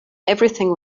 everything